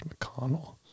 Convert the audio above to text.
McConnell